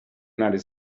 united